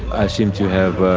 i seem to have